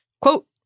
quote